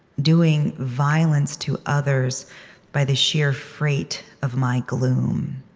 doing violence to others by the sheer freight of my gloom,